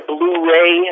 Blu-ray